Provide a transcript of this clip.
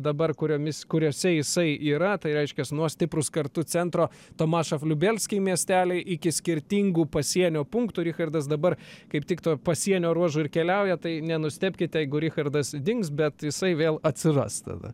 dabar kuriomis kuriose jisai yra tai reiškias nuo stiprūs kartu centro tomašof liubielsky miesteliai iki skirtingų pasienio punktų richardas dabar kaip tik tuo pasienio ruožu ir keliauja tai nenustebkit jeigu richardas dings bet jisai vėl atsiras tada